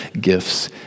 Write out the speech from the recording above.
gifts